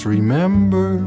remember